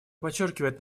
подчеркивает